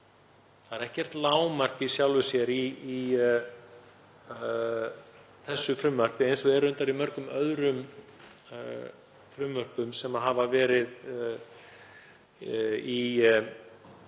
Það er ekkert lágmark í sjálfu sér í þessu frumvarpi eins og reyndar er í mörgum öðrum frumvörpum sem hafa verið til